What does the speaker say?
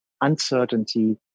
uncertainty